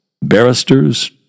Barristers